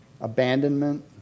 Abandonment